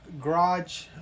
garage